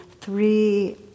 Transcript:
three